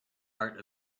art